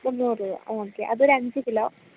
മുന്നൂറുരൂപ okay അത് ഒരു അഞ്ച് കിലോ